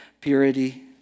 purity